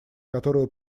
которую